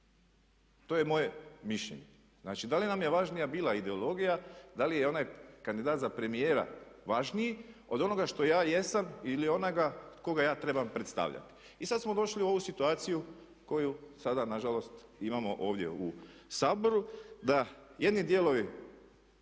To je moje mišljenje. Znači da li nam je važnija bila ideologija, da li je onaj kandidat za premijera važniji od onoga što ja jesam ili onoga koga ja trebam predstavljati. I sada smo došli u ovu situaciju koju sada nažalost imamo ovdje u Saboru da jedni dijelovi